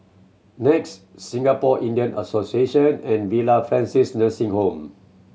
NEX Singapore Indian Association and Villa Francis Nursing Home